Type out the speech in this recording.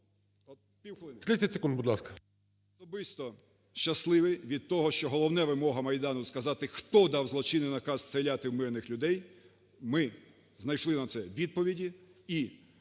30 секунд, будь ласка.